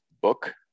book